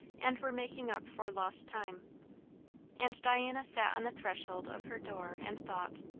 and were making up for lost time and diana sat on the threshold of her door and thought.